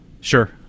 Sure